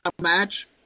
match